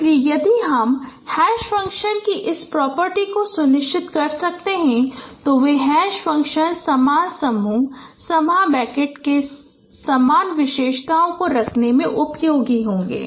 इसलिए यदि हम एक हैश फ़ंक्शन की इस प्रॉपर्टी को सुनिश्चित कर सकते हैं तो वे हैश फ़ंक्शन समान समूह समान बकेट में समान विशेषताओं को रखने में उपयोगी होंगे